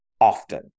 often